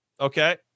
Okay